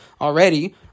already